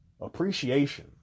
appreciation